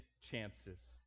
chances